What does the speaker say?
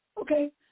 Okay